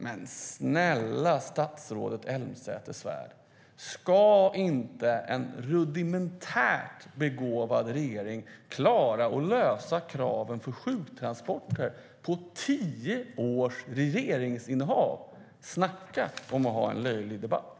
Men snälla statsrådet Elmsäter-Svärd, ska inte en rudimentärt begåvad regering klara att lösa problemen med kraven på sjuktransporter under tio års regeringsinnehav? Snacka om att ha en löjlig debatt!